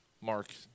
Mark